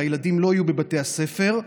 והילדים לא יהיו בבתי הספר.